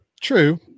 True